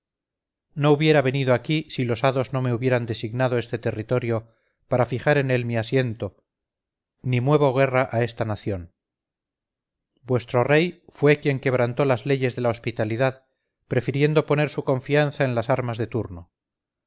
no hubiera venido aquí si los hados no me hubieran designado este territorio para fijar en él mi asiento ni muevo guerra a esta nación vuestro rey fue quien quebrantó las leyes de la hospitalidad prefiriendo poner su confianza en las armas de turno